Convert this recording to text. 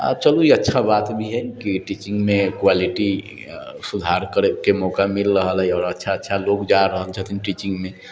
आ चलु ई अच्छा बात भी हइ कि टीचिङ्गमे क्वालिटी सुधार करैके मौका मिल रहल है आओर अच्छा अच्छा लोक जा रहल छथिन टीचिङ्गमे